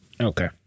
Okay